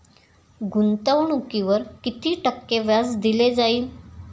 गुंतवणुकीवर किती टक्के व्याज दिले जाईल?